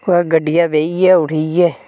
कुदै गड्डिया बेहिये उठिये